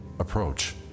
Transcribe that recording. Approach